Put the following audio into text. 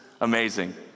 Amazing